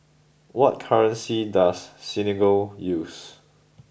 what currency does Senegal use